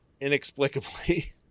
inexplicably